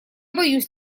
боюсь